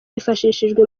hifashishijwe